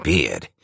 Beard